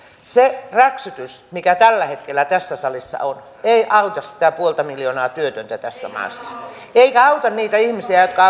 se räksytys mikä tällä hetkellä tässä salissa on ei auta sitä puolta miljoonaa työtöntä tässä maassa eikä auta niitä ihmisiä jotka